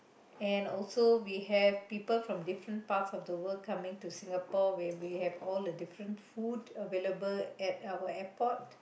and also we have people from different parts of the world coming to Singapore where we have all the different food available at our airport